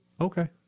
Okay